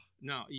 no